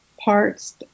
parts